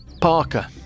Parker